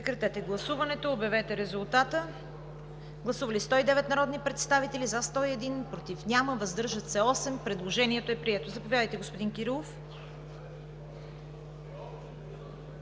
Прекратете гласуването и обявете резултата. Гласували 117 народни представители: за 100, против няма, въздържали се 17. Предложението е прието. Заповядайте за процедура, господин Кирилов.